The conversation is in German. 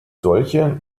solche